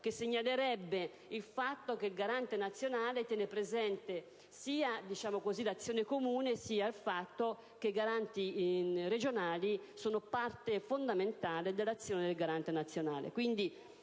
Ciò segnalerebbe il fatto che il Garante nazionale tiene presente sia l'azione comune, sia il fatto che i Garanti regionali sono parte fondamentale dell'azione del Garante nazionale.